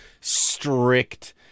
strict